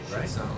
right